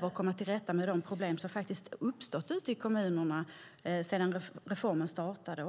och komma till rätta med de problem som uppstått ute i kommunerna sedan reformen startade.